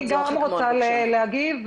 אני גם רוצה להגיב.